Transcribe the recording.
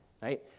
right